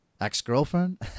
ex-girlfriend